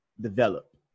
develop